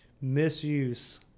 misuse